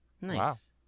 Nice